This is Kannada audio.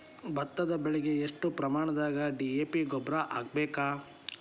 ಭತ್ತದ ಬೆಳಿಗೆ ಎಷ್ಟ ಪ್ರಮಾಣದಾಗ ಡಿ.ಎ.ಪಿ ಗೊಬ್ಬರ ಹಾಕ್ಬೇಕ?